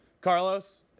Carlos